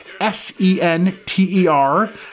S-E-N-T-E-R